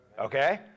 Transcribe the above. Okay